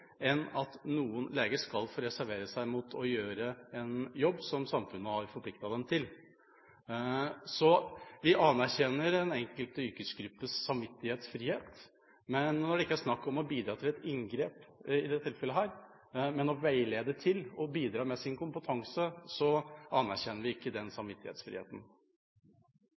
enn at noen leger skal få reservere seg mot å gjøre en jobb som samfunnet har forpliktet dem til. Vi anerkjenner den enkelte yrkesgruppes samvittighetsfrihet. Når det ikke er snakk om å bidra til et inngrep i dette tilfellet, men om å veilede og å bidra med sin kompetanse, anerkjenner vi ikke den samvittighetsfriheten.